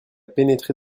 pénétré